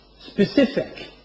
specific